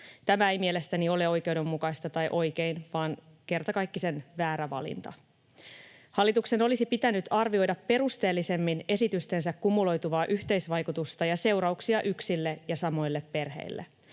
Tämä ei mielestäni ole oikeudenmukaista tai oikein vaan kertakaikkisen väärä valinta. Hallituksen olisi pitänyt arvioida perusteellisemmin esitystensä kumuloituvaa yhteisvaikutusta ja seurauksia yksille ja samoille perheille.